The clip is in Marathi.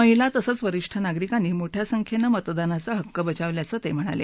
महिला तसंच वरिष्ठ नागरिकांनी मोठया संख्येनं मतदानाचा हक्क बजावल्याचं ते म्हणाले